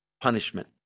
punishment